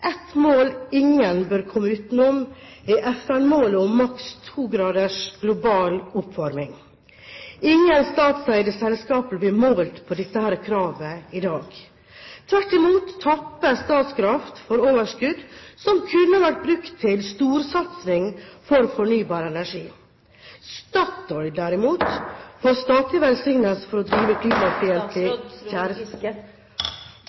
Ett mål ingen bør komme utenom, er FN-målet om en global oppvarming på maks 2 grader. Ingen statseide selskaper blir målt på dette kravet i dag. Tvert imot tappes Statkraft for overskudd som kunne vært brukt til en storsatsing for fornybar energi. Statoil, derimot, får statlig velsignelse for å drive